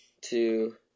two